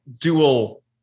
dual